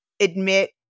admit